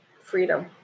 freedom